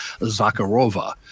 Zakharova